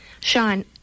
Sean